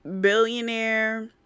billionaire